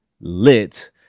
lit